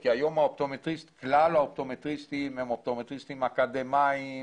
כי היום כלל האופטומטריסטים הם אופטומטריסטים אקדמאיים.